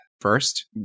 first